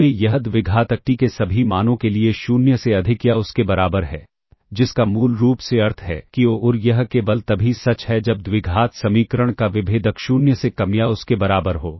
t में यह द्विघातक t के सभी मानों के लिए 0 से अधिक या उसके बराबर है जिसका मूल रूप से अर्थ है कि और यह केवल तभी सच है जब द्विघात समीकरण का विभेदक 0 से कम या उसके बराबर हो